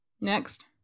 Next